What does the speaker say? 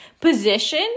position